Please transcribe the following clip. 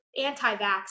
Anti-vax